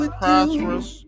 prosperous